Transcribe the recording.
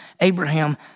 Abraham